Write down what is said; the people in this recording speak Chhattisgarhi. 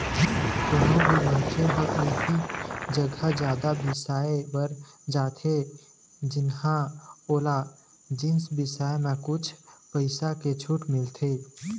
कोनो भी मनखे ह उही जघा जादा बिसाए बर जाथे जिंहा ओला जिनिस बिसाए म कुछ पइसा के छूट मिलथे